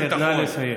חבר הכנסת, נא לסיים.